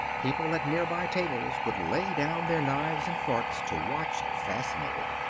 people at near-by tables would lay down their knives and forks to watch, fascinated.